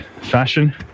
fashion